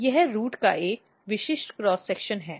यह जड़ का एक विशिष्ट क्रॉस सेक्शन है